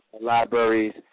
libraries